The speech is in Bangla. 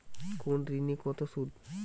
কোন ঋণে কত সুদ?